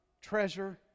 treasure